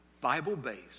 Bible-based